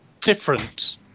different